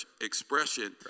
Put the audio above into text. expression